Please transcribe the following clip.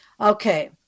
Okay